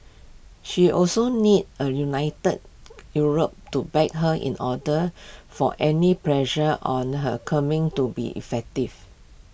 she also needs A united Europe to back her in order for any pressure on her Kremlin to be effective